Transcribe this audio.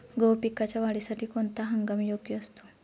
गहू पिकाच्या वाढीसाठी कोणता हंगाम योग्य असतो?